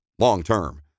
long-term